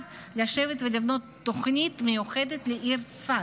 לשבת ולבנת תוכנית מיוחדת לעיר צפת.